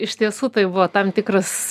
iš tiesų tai buvo tam tikras